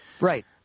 Right